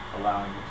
allowing